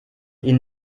ihnen